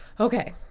okay